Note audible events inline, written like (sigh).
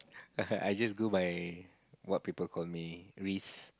(laughs) I just go by what people call me Ris